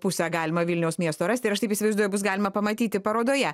pusę galima vilniaus miesto rasti ir aš taip įsivaizduoju bus galima pamatyti parodoje